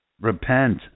Repent